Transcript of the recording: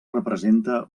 representa